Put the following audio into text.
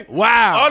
wow